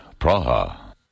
Praha